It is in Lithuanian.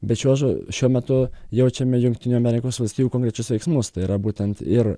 bet šiuo žo šiuo metu jaučiame jungtinių amerikos valstijų konkrečius veiksmus tai yra būtent ir